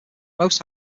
most